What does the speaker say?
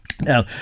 Now